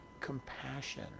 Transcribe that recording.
compassion